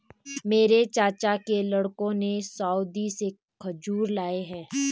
मेरे चाचा के लड़कों ने सऊदी से खजूर लाए हैं